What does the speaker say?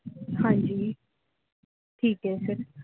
ਹਾਂਜੀ ਠੀਕ ਹੈ ਸਰ